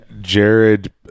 Jared